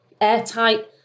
airtight